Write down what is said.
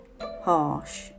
harsh